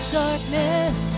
darkness